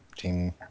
team